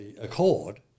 accord